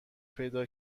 پیدا